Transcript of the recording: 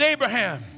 Abraham